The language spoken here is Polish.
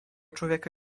człowieka